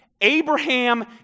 Abraham